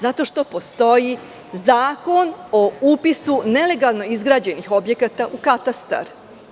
Zato što postoji Zakon o upisu nelegalno izgrađenih objekata u katastar.